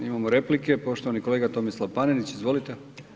Imamo replike, poštivani kolega Tomislav Panenić, izvolite.